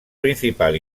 principal